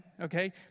okay